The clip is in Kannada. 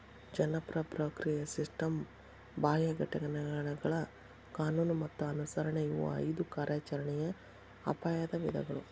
ಜನರ ಪ್ರಕ್ರಿಯೆಯ ಸಿಸ್ಟಮ್ ಬಾಹ್ಯ ಘಟನೆಗಳ ಕಾನೂನು ಮತ್ತ ಅನುಸರಣೆ ಇವು ಐದು ಕಾರ್ಯಾಚರಣೆಯ ಅಪಾಯದ ವಿಧಗಳು